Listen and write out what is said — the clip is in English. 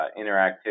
interactivity